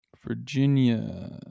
Virginia